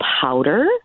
powder